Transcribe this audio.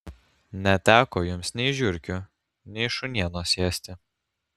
neteko jums nei žiurkių nei šunienos ėsti